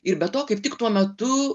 ir be to kaip tik tuo metu